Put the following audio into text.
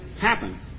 happen